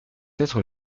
être